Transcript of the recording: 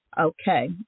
Okay